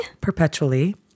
Perpetually